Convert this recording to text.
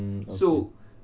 hmm okay